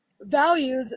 values